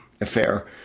affair